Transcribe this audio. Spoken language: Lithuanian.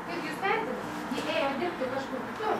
kaip jūs vertinat ji ėjo dirbti kažkur kitur